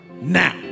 now